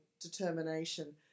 determination